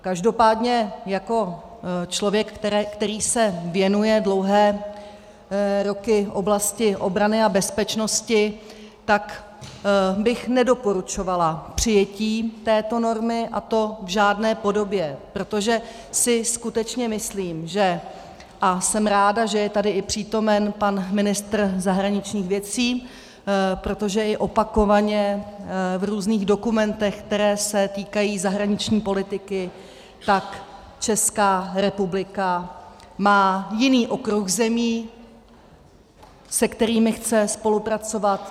Každopádně jako člověk, který se věnuje dlouhé roky oblasti obrany a bezpečnosti, bych nedoporučovala přijetí této normy, a to v žádné podobě, protože si skutečně myslím, že... a jsem ráda, že je tady přítomen i pan ministr zahraničních věcí, protože je opakovaně v různých dokumentech, které se týkají zahraniční politiky, tak Česká republika má jiný okruh zemí, se kterými chce spolupracovat.